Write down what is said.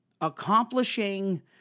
Accomplishing